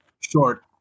short